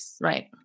Right